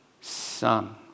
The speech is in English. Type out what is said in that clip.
son